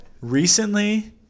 Recently